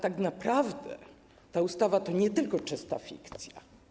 Tak naprawdę ta ustawa to nie tylko czysta fikcja.